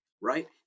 Right